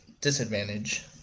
disadvantage